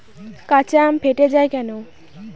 কাঁচা আম ফেটে য়ায় কেন?